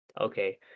Okay